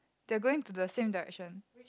they are going to the same direction